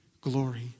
glory